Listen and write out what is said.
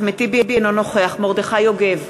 אינו נוכח מרדכי יוגב,